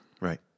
Right